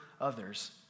others